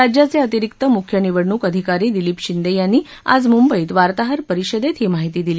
राज्याचे अतिरिक्त मुख्य निवडणूक अधिकारी दिलीप शिंदे यांनी आज मुंबईत वार्ताहर परिषदेत याची माहिती दिली